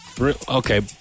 Okay